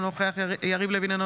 אינו נוכח יריב לוין,